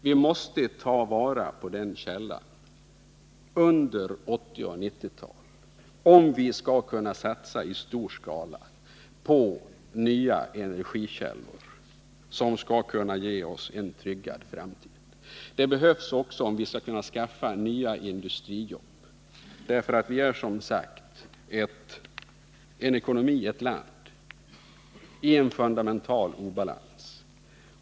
Vi måste ta vara på den källan under 1980 och 1990-talen, om vi skall kunna satsa i stor skala på nya energikällor, som skall kunna ge oss en tryggad framtid. Den behövs också om vi skall kunna skaffa nya industrijobb. Den svenska ekonomin är som sagt i fundamental obalans.